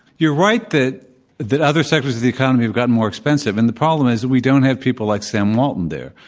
you're right that other sectors of the economy have gotten more expensive. and the problem is that we don't have people like sam walton there.